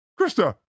Krista